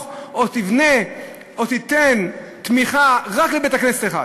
או תבנה או תיתן תמיכה רק לבית-כנסת אחד?